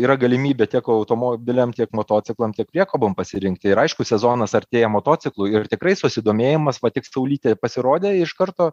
yra galimybė tiek automobiliam tiek motociklam tiek priekabom pasirinkti ir aišku sezonas artėja motociklų ir tikrai susidomėjimas matyt saulytė pasirodė iš karto